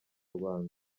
rwanda